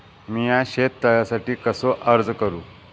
मीया शेत तळ्यासाठी कसो अर्ज करू?